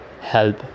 help